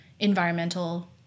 environmental